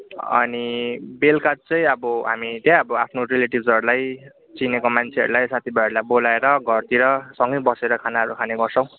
अनि बेलुका चाहिँ अब हामी चाहिँ अब आफ्नो रिलेटिभस्हरूलाई चिनेको मान्छेहरूलाई साथी भाइहरूलाई बोलाएर घरतिर सँगै बसेर खानाहरू खाने गर्छौँ